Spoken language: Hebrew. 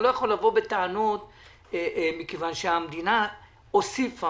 אני לא יכול לבוא בטענות מכיוון שהמדינה הוסיפה